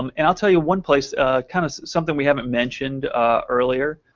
um and i'll tell you one place ah kind of something we haven't mentioned earlier